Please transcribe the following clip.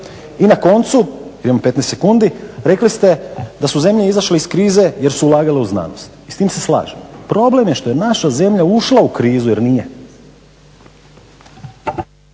I na koncu, imam 15 sekundi, rekli ste da su zemlje izašle iz krize jer su ulagale u znanost i s time se slažem. Problem je što je naša zemlja ušla u krizu jer nije.